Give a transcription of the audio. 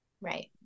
right